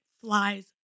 flies